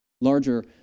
larger